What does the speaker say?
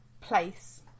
place